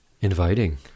inviting